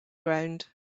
ground